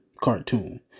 cartoon